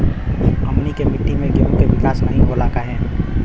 हमनी के मिट्टी में गेहूँ के विकास नहीं होला काहे?